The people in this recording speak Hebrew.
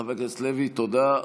חבר הכנסת לוי, תודה.